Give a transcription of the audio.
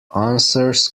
answers